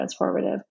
transformative